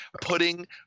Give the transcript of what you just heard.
putting